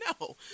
No